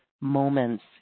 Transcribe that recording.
moments